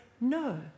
No